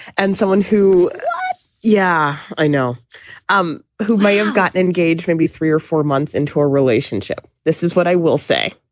and someone who yeah, i know um who may have gotten engaged maybe three or four months into a relationship. this is what i will say.